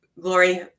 glory